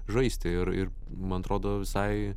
žaisti ir ir man atrodo visai